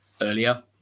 earlier